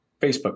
Facebook